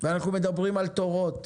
ואנחנו מדברים על תורות.